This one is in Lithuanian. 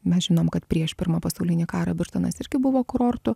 mes žinom kad prieš pirmą pasaulinį karą birštonas irgi buvo kurortu